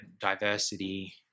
diversity